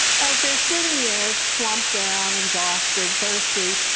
as they're sitting there, slumped down, exhausted, thirsty,